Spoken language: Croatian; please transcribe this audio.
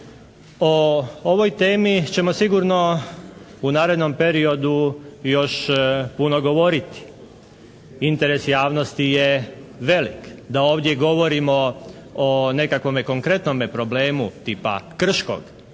O ovoj temi ćemo sigurno u narednom periodu još puno govoriti. Interes javnosti je velik da ovdje govorimo o nekakvome konkretnome problemu tipa Krškog,